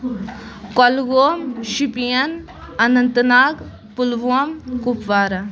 Kulgam Shopian Anantnag Pulwama Kupwara